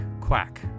quack